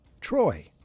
Troy